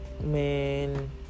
man